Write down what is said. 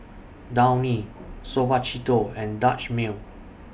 Downy Suavecito and Dutch Mill